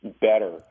better